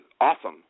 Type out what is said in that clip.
awesome